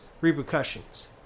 repercussions